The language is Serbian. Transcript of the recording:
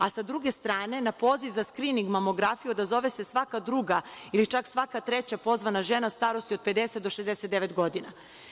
A sa druge strane, na poziv sa skrining mamografiju, odazove se svaka druga, svaka treća pozvana žena starosti od 50 do 69 godina.